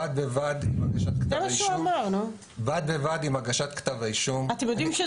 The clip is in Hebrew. בד בבד עם הגשת כתב האישום --- אגב,